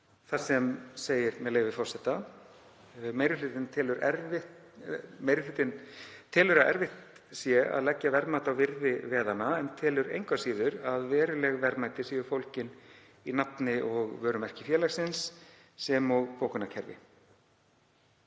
séu 15 milljarða virði. Meiri hlutinn telur að erfitt sé að leggja verðmat á virði veðanna en telur engu síður að veruleg verðmæti séu fólgin í nafni og vörumerki félagsins, sem og bókunarkerfi.